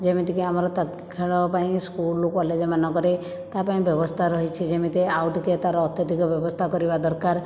ଯେମିତିକି ଆମର ତା ଖେଳ ପାଇଁ ସ୍କୁଲ କଲେଜମାନଙ୍କରେ ତା ପାଇଁ ବ୍ୟବସ୍ଥା ରହିଛି ଯେମିତି ଆଉ ଟିକେ ତାର ଅତ୍ୟଧିକ ବ୍ୟବସ୍ଥା କରିବା ଦରକାର